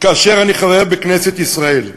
כאשר אני חבר בכנסת ישראל.